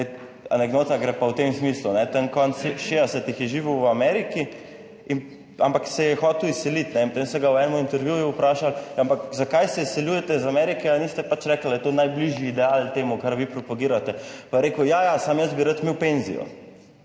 anekdota gre pa v tem smislu, ne, tam konec 60. je živel v Ameriki in ampak se je hotel izseliti in potem so ga v enem intervjuju vprašali, ampak zakaj se izseljujete iz Amerike, niste pač rekli, da je to najbližji ideal temu, kar vi propagirate, pa je rekel, ja, ja, samo jaz bi rad imel penzijo